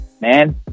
man